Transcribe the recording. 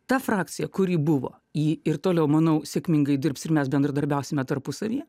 ta frakcija kuri buvo ji ir toliau manau sėkmingai dirbs ir mes bendradarbiausime tarpusavyje